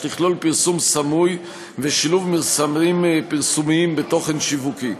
שתכלול פרסום סמוי ושילוב מסרים פרסומיים בתוכן שיווקי.